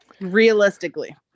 Realistically